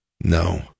No